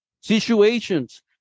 situations